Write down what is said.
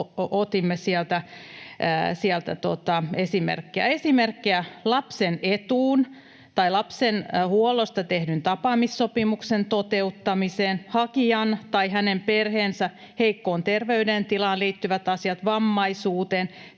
esimerkkejä kuin lapsen etu tai lapsen huollosta tehdyn tapaamissopimuksen toteuttaminen sekä hakijan tai hänen perheensä heikkoon terveydentilaan, vammaisuuteen